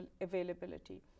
availability